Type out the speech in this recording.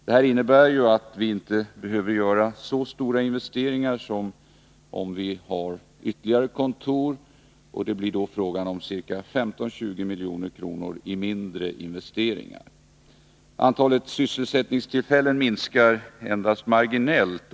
Detta innebär att vi inte behöver göra så stora investeringar som om vi har ytterligare kontor, och det blir då fråga om ca 15-20 milj.kr. mindre i investeringar. Antalet sysselsättningstillfällen minskar endast marginellt.